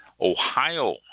Ohio